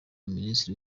minisiteri